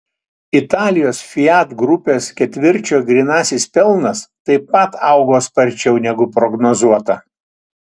italijos fiat grupės ketvirčio grynasis pelnas taip pat augo sparčiau negu prognozuota